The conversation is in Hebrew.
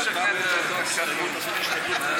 אבל היא יכולה מתי שהיא רוצה להצביע עליה בעתיד.